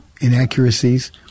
inaccuracies